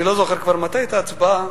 אני לא זוכר כבר מתי היתה ההצבעה,